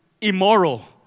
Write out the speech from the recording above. immoral